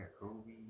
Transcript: Kobe